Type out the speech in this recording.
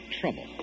trouble